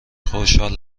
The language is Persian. خوشحال